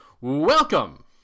welcome